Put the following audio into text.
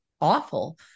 awful